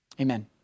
Amen